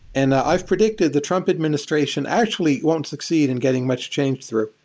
and i've predicted, the trump administration actually won't succeed in getting much change through.